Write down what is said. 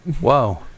Whoa